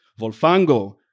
Volfango